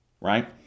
right